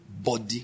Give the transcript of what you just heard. body